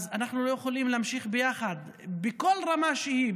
אז אנחנו לא יכולים להמשיך ביחד בכל רמה שהיא,